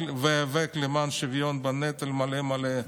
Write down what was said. ואיאבק למען שוויון בנטל מלא מלא,